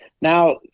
Now